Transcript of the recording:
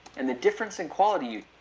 and the difference in quality.